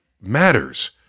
matters